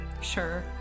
Sure